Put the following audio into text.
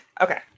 Okay